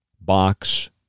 box